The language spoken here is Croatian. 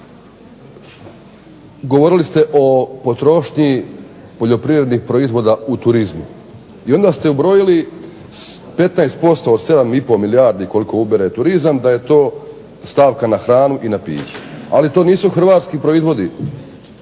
govorili ste o potrošnji poljoprivrednih proizvoda u turizmu. I onda ste ubrojili 15% od 7 i pol milijardi koliko ubere turizam da je to stavka na hranu i na piće. Ali to nisu hrvatski proizvodi